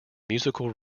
musical